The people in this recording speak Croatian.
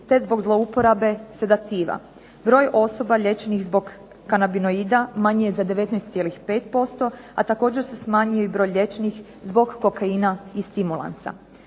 te zbog zlouporabe sedativa. Broj osoba liječenih zbog kanabinoida manji je za 19,5%, a također se smanjuje i broj liječenih zbog kokaina i stimulansa.